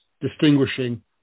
distinguishing